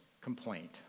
complaint